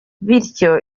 bityo